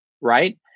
Right